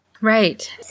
Right